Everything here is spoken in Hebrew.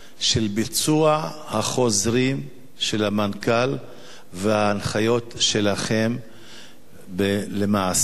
על ביצוע החוזרים של המנכ"ל וההנחיות שלכם למעשה,